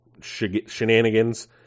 shenanigans